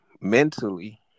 mentally